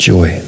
Joy